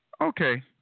Okay